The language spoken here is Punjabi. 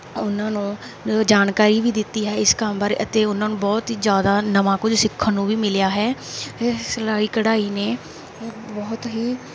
ਉਹਨਾਂ ਨੂੰ ਜਾਣਕਾਰੀ ਵੀ ਦਿੱਤੀ ਹੈ ਇਸ ਕੰਮ ਬਾਰੇ ਅਤੇ ਉਹਨਾਂ ਨੂੰ ਬਹੁਤ ਹੀ ਜ਼ਿਆਦਾ ਨਵਾਂ ਕੁਝ ਸਿੱਖਣ ਨੂੰ ਵੀ ਮਿਲਿਆ ਹੈ ਸਿਲਾਈ ਕਢਾਈ ਨੇ ਬਹੁਤ ਹੀ